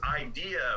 idea